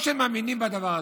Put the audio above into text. לא שהם מאמינים בדבר הזה,